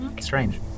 Strange